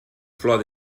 flor